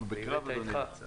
אדוני, אנחנו בקרב.